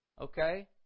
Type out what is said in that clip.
Okay